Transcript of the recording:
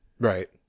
Right